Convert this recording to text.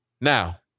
Now